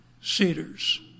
cedars